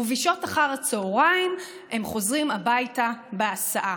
ובשעות אחר הצוהריים הם חוזרים הביתה בהסעה.